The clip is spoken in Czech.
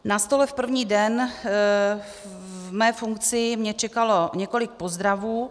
Na stole první den v mé funkci mě čekalo několik pozdravů.